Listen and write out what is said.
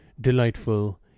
delightful